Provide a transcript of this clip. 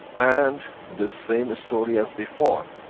and the same story as before,